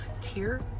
tier